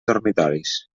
dormitoris